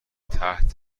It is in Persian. تحت